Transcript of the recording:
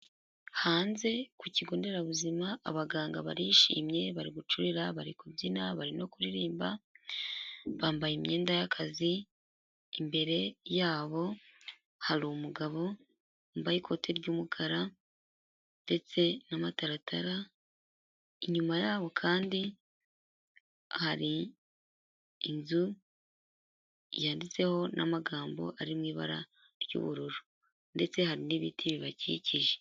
Hanze ku kigo nderabuzima abaganga barishimye, bari gucurira, bari kubyina, barimo kuririmba bambaye imyenda y'akazi, imbere yabo hari umugabo wambaye ikoti ry'umukara ndetse n'amataratara, inyuma yabo kandi hari inzu yanditseho n'amagambo ari mu ibara ry'ubururu ndetse hari n'ibiti bibakikije.